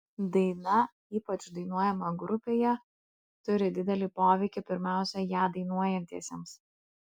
daina ypač dainuojama grupėje turi didelį poveikį pirmiausia ją dainuojantiesiems